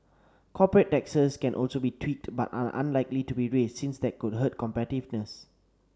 corporate taxes can also be tweaked but are unlikely to be raised since that could hurt competitiveness